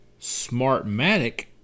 Smartmatic